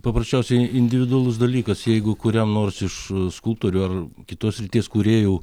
paprasčiausiai individualus dalykas jeigu kuriam nors iš skulptorių ar kitos srities kūrėjų